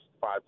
five